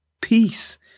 peace